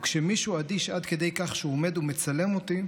וכשמישהו אדיש עד כדי כך שהוא עומד ומצלם אותי,